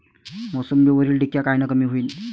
मोसंबीवरील डिक्या कायनं कमी होईल?